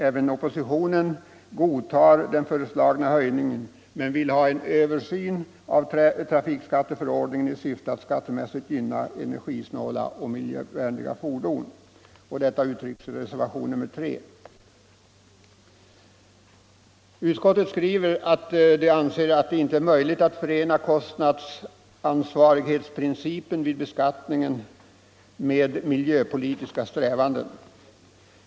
Även oppositionen godtar för dagen den föreslagna höjningen men vill ha en översyn av vägtrafikskatteförordningen i syfte att skattemässigt gynna energisnåla och miljövänliga fordon. Detta framförs i reservationen 3. Utskottet anser det inte möjligt att förena kostnadsansvarighetsprincipen vid beskattningen med miljöpolitiska strävanden.